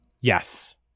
Yes